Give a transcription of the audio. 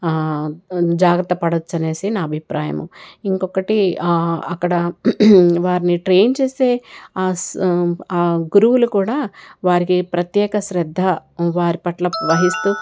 జాగ్రత్త పడొచ్చనేసి నా అభిప్రాయం ఇంకొకటి అక్కడ వారిని ట్రైన్ చేసే సం గురువులు కూడా వారికి ప్రత్యేక శ్రద్ధ వారి పట్ల వహిస్తూ